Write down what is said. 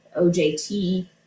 OJT